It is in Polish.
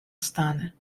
stany